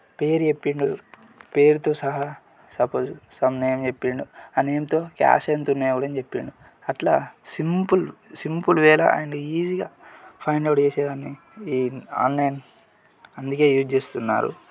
పేరు చెప్పిండు పేరుతో సహా సపోజ్ సమ్ నేమ్ చెప్పిండు ఆ నేమ్తో క్యాష్ ఎంతున్నాయో కూడా చెప్పిండు అట్లా సింపుల్ సింపుల్ వేలో అండ్ ఈజీగా ఫైండ్ అవుట్ చేసే దాన్ని ఈ ఆన్లైన్ అందుకే లీడ్ చేస్తున్నారు